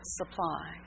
supply